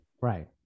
Right